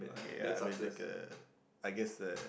okay yeah I mean like uh I guess uh